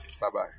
Bye-bye